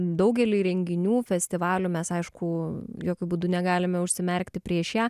daugelį renginių festivalių mes aišku jokiu būdu negalime užsimerkti prieš ją